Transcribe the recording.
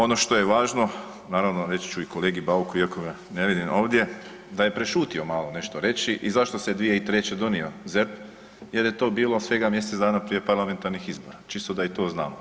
Ono to je važno, naravno reći ću i kolegi Bauku iako ga ne vidim ovdje da je prešutio malo nešto reći i zašto se 2003. donio ZERP jer je to bilo svega mjesec dana prije parlamentarnih izbora, čisto da i to znamo.